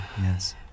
Yes